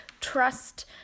trust